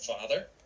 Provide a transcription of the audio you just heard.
father